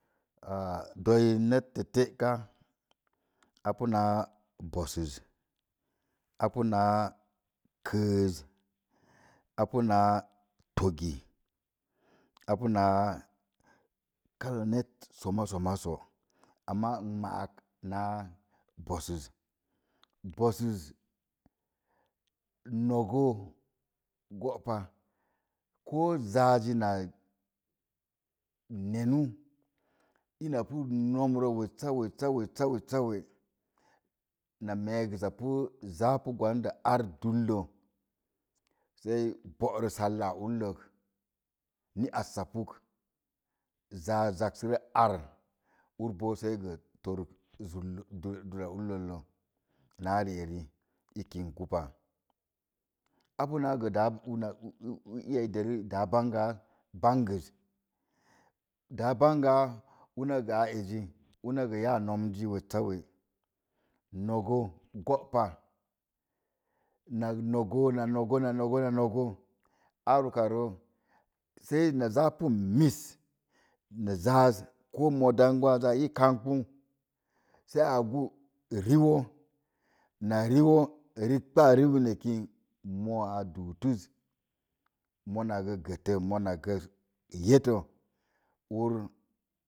Doi net tə teka, a punaa to bosuz a puna kəəz a punaa togi a punaa kala net soma soma so, amma i ma'ak na bosuz, bosuz nogə góó pa ko zaaz zi na nenu ina pu nomrə wessa wessa we. Ma megəsapu za pu za pu kwandə ar dulle sai góórəs salla ullek ni assa puk saaz zak sə ar ar sei torik sú dur ullele naa rik i kən pu. A puna dáá uu una, dəzu dó bangáa bangəz də́ bangaa una gə aa ezi una gə ya numzi wesasa we nogə góó pa na nogə nogə na nogə ar okarə za pu mis na zaaz koo moo dangwaz a ii kambə səi a ogu rioo na rioo ribəə ribə eki moo a duu tuz mona gə getə mona gə yetə ar